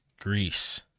Greece